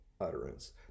utterance